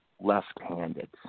left-handed